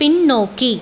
பின்னோக்கி